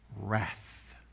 wrath